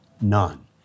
none